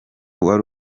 wari